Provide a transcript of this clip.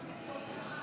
אדוני היושב-ראש,